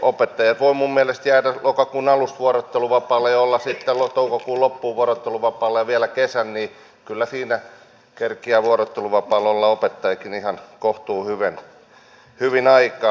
opettajat voivat minun mielestäni jäädä lokakuun alussa vuorotteluvapaalle ja olla sitten toukokuun loppuun vuorotteluvapaalla ja vielä kesän niin kyllä siinä kerkiää vuorotteluvapaalla olla opettajakin ihan kohtuuhyvin aikaa